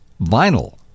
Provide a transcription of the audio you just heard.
vinyl